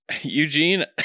Eugene